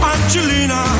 Angelina